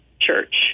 Church